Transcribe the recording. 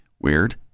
weird